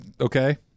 okay